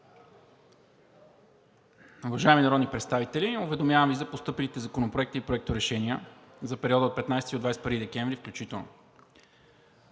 Уважаеми народни представители, уведомявам Ви за постъпилите законопроекти и проекторешения за периода от 15 до 21 декември включително: